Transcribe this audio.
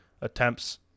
attempts